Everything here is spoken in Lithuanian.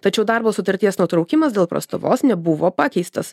tačiau darbo sutarties nutraukimas dėl prastovos nebuvo pakeistas